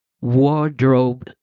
Wardrobe